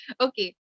Okay